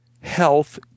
Health